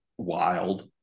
Wild